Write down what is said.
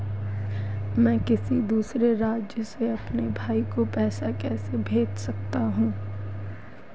मैं किसी दूसरे राज्य से अपने भाई को पैसे कैसे भेज सकता हूं?